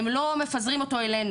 הם לא מפזרים אותו אלינו,